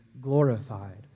glorified